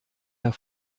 der